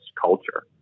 culture